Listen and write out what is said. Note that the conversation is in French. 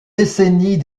décennies